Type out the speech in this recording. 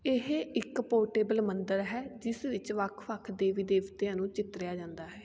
ਇਹ ਇੱਕ ਪੋਰਟੇਬਲ ਮੰਦਰ ਹੈ ਜਿਸ ਵਿੱਚ ਵੱਖ ਵੱਖ ਦੇਵੀ ਦੇਵਤਿਆਂ ਨੂੰ ਚਿੱਤਰਿਆ ਜਾਂਦਾ ਹੈ